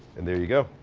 and there you go.